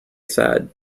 sad